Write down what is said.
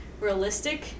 realistic